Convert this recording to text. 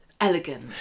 Elegant